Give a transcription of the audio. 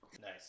Nice